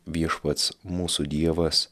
viešpats mūsų dievas